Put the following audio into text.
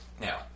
now